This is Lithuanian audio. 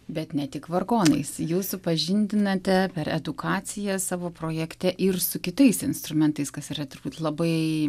bet ne tik vargonais jūs supažindinate per edukaciją savo projekte ir su kitais instrumentais kas yra turbūt labai